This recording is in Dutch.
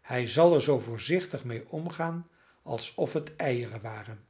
hij zal er zoo voorzichtig mee omgaan alsof het eieren waren